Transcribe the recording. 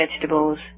vegetables